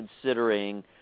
considering